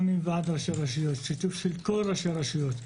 גם עם ועד ראשי רשויות ושיתוף של ראשי הרשויות,